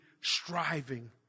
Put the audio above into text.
striving